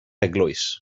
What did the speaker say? eglwys